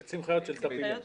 ביצים חיות של טפילים.